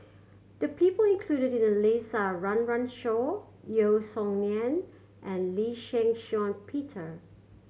the people included in the list are Run Run Shaw Yeo Song Nian and Lee Shih Shiong Peter